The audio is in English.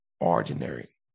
ordinary